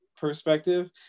perspective